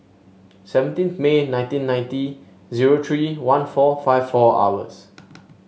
seventeen May nineteen ninety zero three one four five four hours